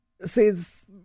says